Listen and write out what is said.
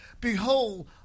Behold